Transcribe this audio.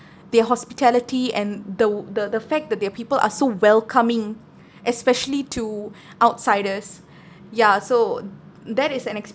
their hospitality and the the the fact that their people are so welcoming especially to outsiders ya so that is an